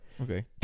okay